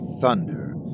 thunder